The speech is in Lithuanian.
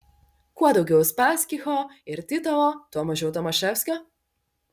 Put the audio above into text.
kuo daugiau uspaskicho ir titovo tuo mažiau tomaševskio